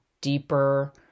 deeper